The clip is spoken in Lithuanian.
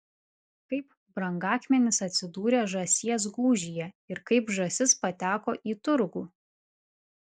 kaip brangakmenis atsidūrė žąsies gūžyje ir kaip žąsis pateko į turgų